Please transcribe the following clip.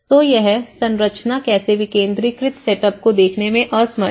तो यह संरचना कैसे विकेंद्रीकृत सेटअप को देखने में असमर्थ है